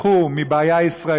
הפכו בשנים האחרונות מבעיה ישראלית